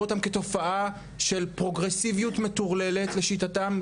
אותם כתופעה של פרוגרסיביות מטורללת לשיטתם.